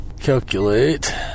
calculate